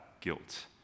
guilt